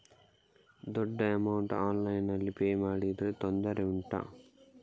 ದೊಡ್ಡ ಅಮೌಂಟ್ ಆನ್ಲೈನ್ನಲ್ಲಿ ಪೇ ಮಾಡಿದ್ರೆ ತೊಂದರೆ ಉಂಟಾ?